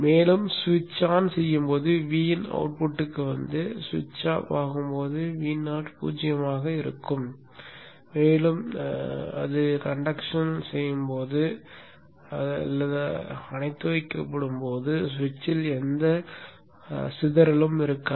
எனவே ஸ்விட்ச் ஆன் செய்யும்போது Vin அவுட்புட்டுக்கு வந்து ஸ்விட்ச் ஆஃப் ஆகும்போது Vo 0 ஆக இருக்கும் மேலும் கடத்தும் போதும் இயக்கப்பட்டிருக்கும்போதும் அணைக்கப்படும்போதும் சுவிட்சில் எந்த சிதறலும் இருக்காது